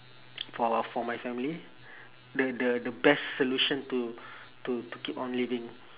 for our for my family the the the best solution to to keep on living